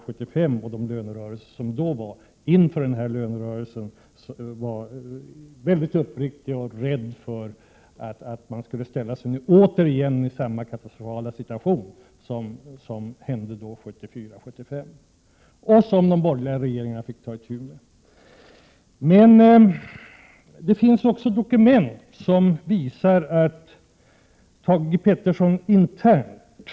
1987/88:127 1974-1975 och de lönerörelser som då fördes var mycket rädd för att man inför årets lönerörelse skulle råka i samma katastrofala situation som den som uppstod under dessa år. Det var denna situation som de borgerliga regeringarna sedan fick ta itu med. Det finns emellertid också interna dokument som visar att Thage G Peterson vet vad det är fråga om.